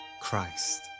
Christ